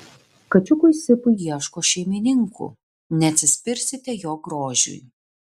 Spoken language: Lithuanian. kačiukui sipui ieško šeimininkų neatsispirsite jo grožiui